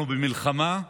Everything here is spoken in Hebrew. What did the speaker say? אנחנו במלחמה,